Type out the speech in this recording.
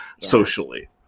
socially